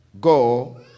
Go